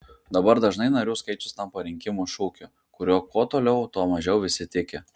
dabar dažnai narių skaičius tampa rinkimų šūkiu kuriuo kuo toliau tuo mažiau visi tiki